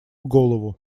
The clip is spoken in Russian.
голову